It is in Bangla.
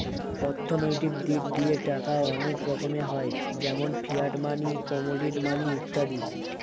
অর্থনৈতিক দিক দিয়ে টাকা অনেক রকমের হয় যেমন ফিয়াট মানি, কমোডিটি মানি ইত্যাদি